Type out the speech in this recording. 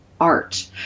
art